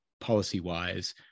policy-wise